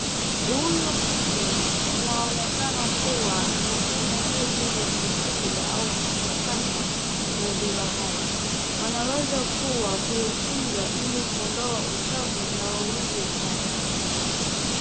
Huyu mtu inaonekana kuwa anafanya kazi ya kuchunga au kuchakata maziwa haya .Wanaweza kuwa kuichunga ili kuondoa uchafu na waauze baadae.